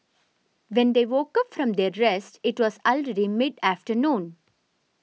when they woke up from their rest it was already mid afternoon